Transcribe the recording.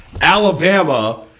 Alabama